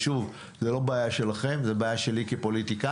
וזו לא בעיה שלכם אלא בעיה שלי כפוליטיקאי,